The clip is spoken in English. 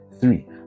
Three